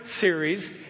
series